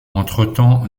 entretemps